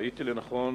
ראיתי לנכון